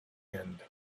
end